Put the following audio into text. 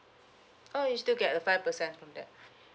oh you'll still get a five percent from there